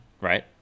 right